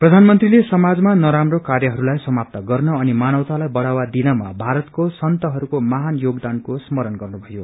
प्रानमंत्रीले समाजमा नराम्रो कार्यहरूलाई समाप्त गर्न अनि मानवतालाई बढ़ावा दिनमा भारतको संतहरूको महान योगदानको स्मरण गर्नुभयो